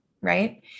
Right